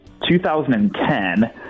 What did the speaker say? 2010